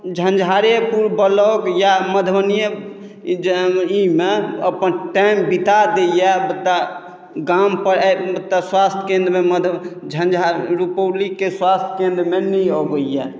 Jhanjharpur block या मधुबनिए ई जे ई मे अपन टाइम बिता दैए मुदा गामपर आबि मतलब स्वास्थ्य केन्द्रमे झञ्झार रुपौलीके स्वास्थ्य केन्द्रमे नहि अबैए